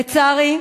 לצערי,